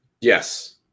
Yes